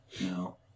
No